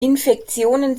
infektionen